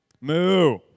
Moo